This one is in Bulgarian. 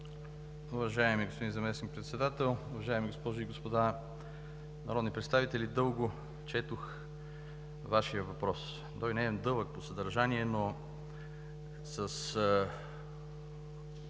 Уважаеми господин заместник-председател, уважаеми госпожи и господа народни представители! Дълго четох Вашия въпрос. Той не е дълъг по съдържание, но с